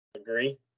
Agree